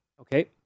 Okay